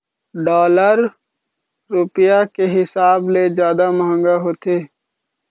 dollar रुपया के हिसाब ले जादा मंहगा होथे